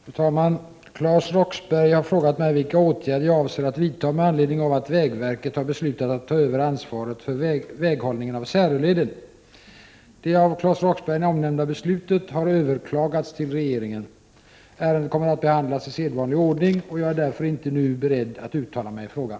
Fru talman! Claes Roxbergh har frågat mig vilka åtgärder jag avser att vidta med anledning av att vägverket har beslutat att ta över ansvaret för väghållningen av Säröleden. Det av Claes Roxbergh omnämnda beslutet har överklagats till regeringen. Ärendet kommer att behandlas i sedvanlig ordning, och jag är därför inte nu beredd att uttala mig i frågan.